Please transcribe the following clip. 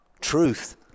truth